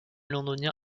londonien